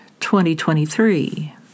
2023